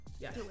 yes